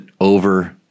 over